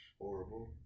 Horrible